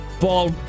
ball